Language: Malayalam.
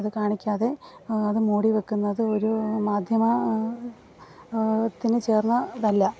അത് കാണിക്കാതെ അത് മുടിവയ്ക്കുന്നത് ഒരു മാധ്യമ ത്തിന് ചേർന്നതല്ല